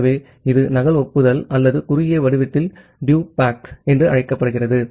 ஆகவே இது நகல் ஒப்புதல் அல்லது குறுகிய வடிவத்தில் DUPACK என்று அழைக்கப்படுகிறது